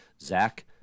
Zach